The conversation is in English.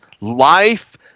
life